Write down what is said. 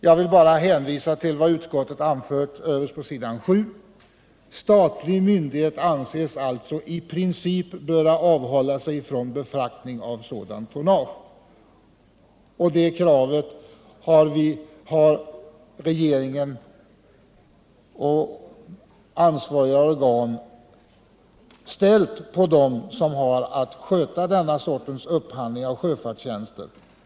Jag vill bara hänvisa till vad utskottet anfört överst på s. 7: ”Statlig myndighet anses alltså i princip böra avhålla sig från befraktning av sådant tonnage.” Det kravet har regeringen och ansvariga organ ställt på dem som har att sköta denna upphandling av sjöfartstjänster.